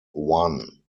one